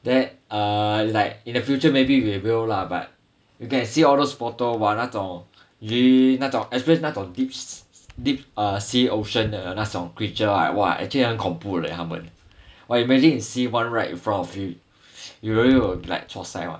then uh like in the future maybe we will lah but you can see all those photo !wah! 那种鱼那种 experience 那种 deep se~ deep uh sea ocean 的那种 creature !wah! like actually 很恐怖的 leh 他们 !wah! you imagine you see one right in front of you you really will like chua sai [one]